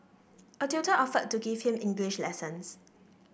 a tutor offered to give him English lessons